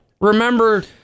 remember